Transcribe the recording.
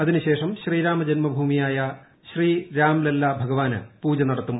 അതിനുശേഷം ശ്രീരാമജന്മഭൂമിയ്ക്ക് ശ്രീറാംലല്ല ഭഗവാന് പൂജ നടത്തും